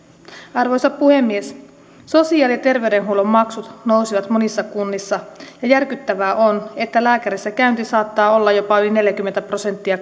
arvoisa puhemies sosiaali ja terveydenhuollon maksut nousevat monissa kunnissa ja järkyttävää on että lääkärissä käynti saattaa olla jopa yli neljäkymmentä prosenttia